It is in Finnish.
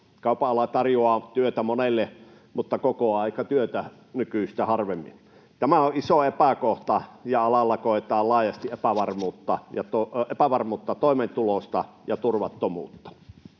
Kaupan ala tarjoaa työtä monelle mutta kokoaikatyötä nykyistä harvemmin. Tämä on iso epäkohta, ja alalla koetaan laajasti epävarmuutta toimeentulosta ja turvattomuutta.